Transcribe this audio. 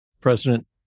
President